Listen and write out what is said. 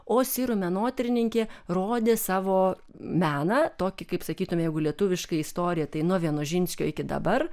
o sirų menotyrininkė rodė savo meną tokį kaip sakytume jeigu lietuviška istorija tai nuo vienožinskio iki dabar